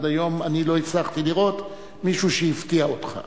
עד היום אני לא הצלחתי לראות מישהו שהפתיע אותך.